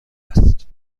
است